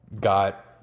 got